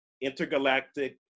intergalactic